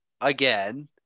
again